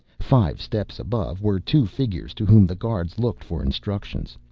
five steps above were two figures to whom the guards looked for instructions.